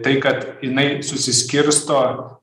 tai kad jinai susiskirsto